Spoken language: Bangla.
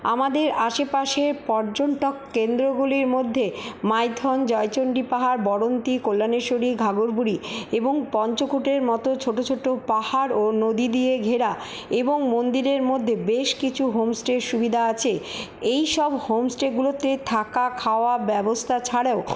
আমাদের আশেপাশের পর্যটক কেন্দ্রগুলির মধ্যে মাইথন জয়চন্ডী পাহাড় বরন্তি কল্যাণেশ্বরী ঘাঘর বুড়ি এবং পঞ্চকূটের মতো ছোটো ছোটো পাহাড় ও নদী দিয়ে ঘেরা এবং মন্দিরের মধ্যে বেশ কিছু হোমস্টের সুবিধা আছে এইসব হোমস্টেগুলোতে থাকা খাওয়া ব্যবস্থা ছাড়াও